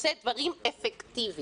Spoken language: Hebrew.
עושה דברים אפקטיביים.